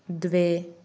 द्वे